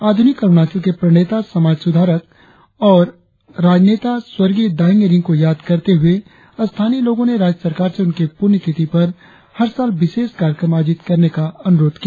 आधुनिक अरुणाचल के प्रणेता समाज सुधारक और राजनेता स्वर्गीय दायिंग ईरिंग को याद करते हुए स्थानीय लोगों ने राज्य सरकार से उनकी पुण्यतिथि पर हर साल विशेष कार्यक्रम आयोजित करने का अनुरोध किया